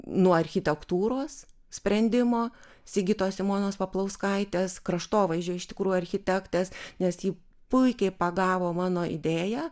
nuo architektūros sprendimo sigitos simonos paplauskaitės kraštovaizdžio iš tikrųjų architektės nes ji puikiai pagavo mano idėją